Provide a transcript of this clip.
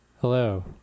Hello